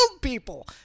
people